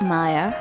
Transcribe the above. Maya